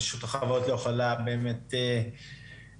רשות החברות לא יכולה באמת להסכים,